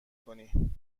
کنی